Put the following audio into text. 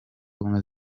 ubumwe